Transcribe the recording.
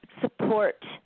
support